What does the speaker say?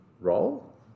role